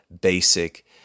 basic